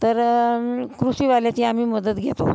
तर कृषीवाल्याची आम्ही मदत घेतो